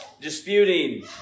disputing